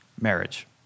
marriage